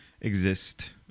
exist